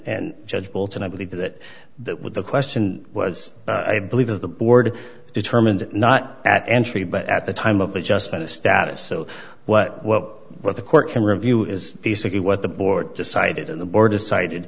and judge bolton i believe that that was the question was i believe the board determined not at entry but at the time of adjustment of status so what what what the court can review is basically what the board decided and the board decided